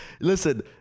Listen